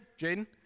Jaden